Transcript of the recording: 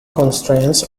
constraints